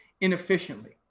inefficiently